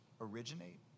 originate